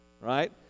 right